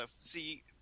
See